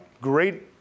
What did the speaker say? great